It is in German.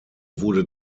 wurde